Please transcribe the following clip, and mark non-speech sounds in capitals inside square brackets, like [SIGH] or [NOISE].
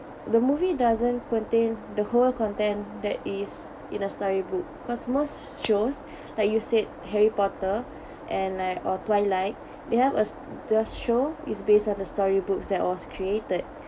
the movie doesn't contain the whole content that is in a storybook because most [NOISE] shows like you said harry potter and like or twilight they have a s~the show is based on the storybooks that was created